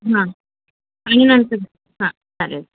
हा आणि नंतर हा चालेल